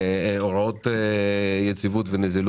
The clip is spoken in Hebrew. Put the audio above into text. ככל שהאג"ח המיועדות מגיעות לפירעון אתה מזרים